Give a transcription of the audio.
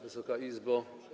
Wysoka Izbo!